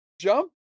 jump